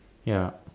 ya